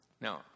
Now